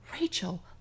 Rachel